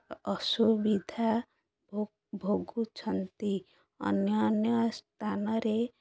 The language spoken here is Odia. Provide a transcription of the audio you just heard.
ଅସୁବିଧା ଭ ଭୋଗୁଛନ୍ତି ଅନ୍ୟ ଅନ୍ୟ ସ୍ଥାନରେ